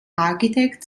architect